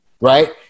right